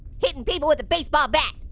hitting people with a baseball bat,